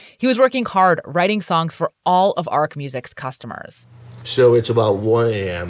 he was working hard, writing songs for all of arc music's customers so it's about way. and